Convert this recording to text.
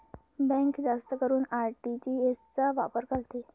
bank जास्त करून RTGS चा वापर करते